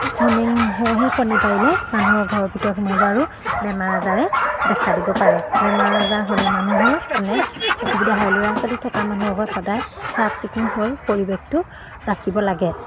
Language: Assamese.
অনেক মহে কণী পাৰিলে মানুহৰ ঘৰ ভিতৰত সোমাব আৰু বেমাৰ আজাৰে দেখা দিব পাৰে বেমাৰ আজাৰ হ'লে মানুহৰ অনেক অসুবিধা হয় ল'ৰা ছোৱালী থকা মানুহৰ ঘৰত সদায় চাফচিকুণ হৈ পৰিৱেশটো ৰাখিব লাগে